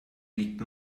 liegt